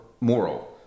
moral